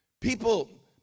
People